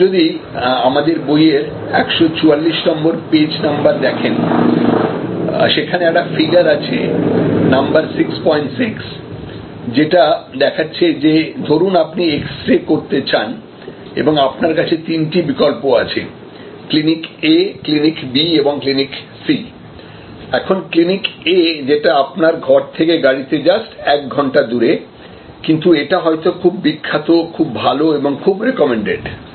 আপনি যদি আমাদের বইয়ের 144 পেজ নাম্বার দেখেন সেখানে একটা ফিগার আছে নাম্বার 66 যেটা দেখাচ্ছে যে ধরুন আপনি এক্সরে করাতে চান এবং আপনার কাছে তিনটি বিকল্প আছে ক্লিনিক A ক্লিনিক B এবং ক্লিনিক C এখন ক্লিনিক A যেটা আপনার ঘর থেকে গাড়িতে জাস্ট 1 ঘন্টা দূরে কিন্তু এটা হয়তো খুব বিখ্যাত খুব ভালো এবং খুব রিকমেন্ডেড